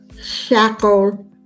shackle